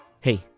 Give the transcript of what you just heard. Hey